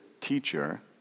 teacher